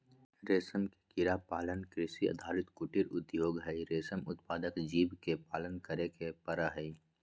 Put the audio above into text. रेशम के कीड़ा पालन कृषि आधारित कुटीर उद्योग हई, रेशम उत्पादक जीव के पालन करे के पड़ हई